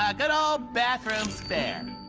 ah good ol' bathroom spare.